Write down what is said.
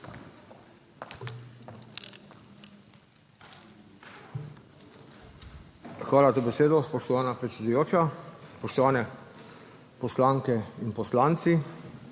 Hvala za besedo, spoštovana predsedujoča. Spoštovane poslanke in poslanci